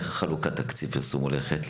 לראות איך חלוקת התקציב הולכת,